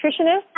nutritionist